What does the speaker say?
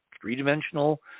three-dimensional